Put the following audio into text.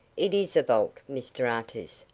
it is a vault, mr artis,